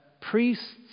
priests